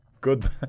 good